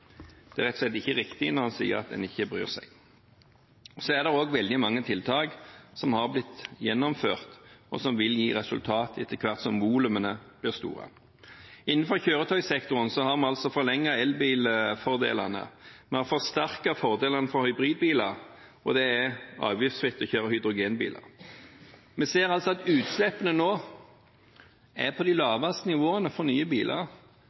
Det er rett og slett ikke riktig når en sier at en ikke bryr seg. Så er det også veldig mange tiltak som har blitt gjennomført, og som vil gi resultater etter hvert som volumene blir store. Innenfor kjøretøysektoren har vi forlenget elbilfordelene. Vi har forsterket fordelene for hybridbiler, og det er avgiftsfritt å kjøre hydrogenbiler. Vi ser at utslippene fra nye biler nå er på de